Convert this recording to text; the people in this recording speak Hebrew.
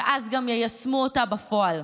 ואז גם יישמו אותה בפועל.